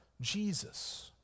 Jesus